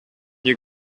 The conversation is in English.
you